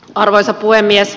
arvoisa puhemies